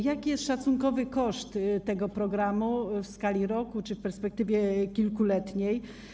Jaki jest szacunkowy koszt tego programu w skali roku czy w perspektywie kilkuletniej?